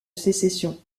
sécession